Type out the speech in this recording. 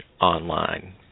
online